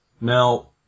now